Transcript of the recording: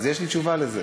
אז יש לי תשובה על זה.